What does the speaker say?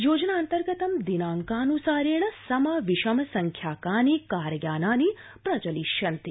योजनान्तर्गत दिनांकान्सारेण सम विषम संख्याकानि कार्यानानि प्रचलिष्यन्ति